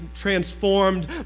transformed